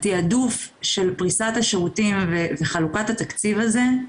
התיעדוף של פריסת השירותים וחלוקת התקציב הזה,